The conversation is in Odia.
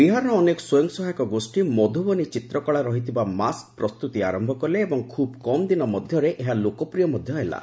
ବିହାରର ଅନେକ ସ୍ୱୟଂ ସହାୟକ ଗୋଷ୍ଠୀ ମଧୁବନୀ ଚିତ୍ରକଳା ରହିଥିବା ମାସ୍କ ପ୍ରସ୍ତୁତି ଆରମ୍ଭ କଲେ ଏବଂ ଖୁବ୍ କମ୍ ଦିନ ମଧ୍ୟରେ ଏହା ଲୋକପ୍ରିୟ ମଧ୍ୟ ହେଲା